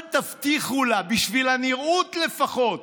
אל תבטיחו לה, בשביל הנראות, לפחות.